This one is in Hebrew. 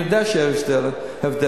אני יודע שיש הבדל,